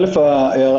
ראשית,